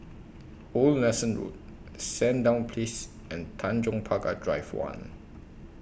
Old Nelson Road Sandown Place and Tanjong Pagar Drive one